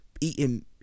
eating